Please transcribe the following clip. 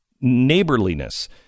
neighborliness